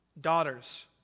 daughters